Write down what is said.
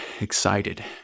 excited